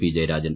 P Jayarajan